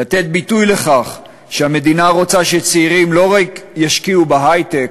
לתת ביטוי לכך שהמדינה רוצה שצעירים לא ישקיעו רק בהיי-טק,